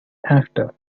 after